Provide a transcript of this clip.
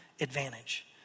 advantage